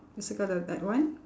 circle the bad one